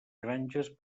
granges